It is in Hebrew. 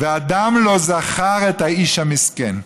"ואדם לא זכר את האיש המסכן".